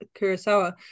Kurosawa